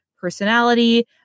personality